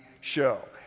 show